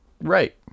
right